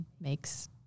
makes